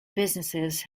businesses